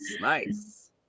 Nice